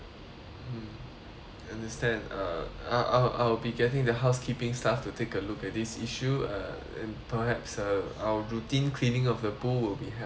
understand uh I'll I'll I'll be getting the housekeeping staff to take a look at this issue uh and perhaps uh our routine cleaning of the pool will be happening uh next week